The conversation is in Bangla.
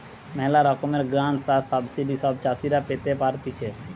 ম্যালা রকমের গ্রান্টস আর সাবসিডি সব চাষীরা পেতে পারতিছে